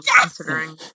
considering